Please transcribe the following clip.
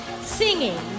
Singing